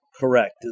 Correct